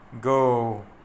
go